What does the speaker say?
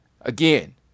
Again